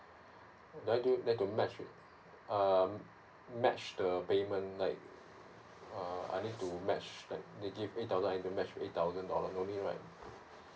do I there to match with mm mm match the payment like uh I need to match like they give eight thousand I need to match eight thousand dollars no need right